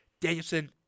Danielson